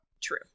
True